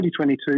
2022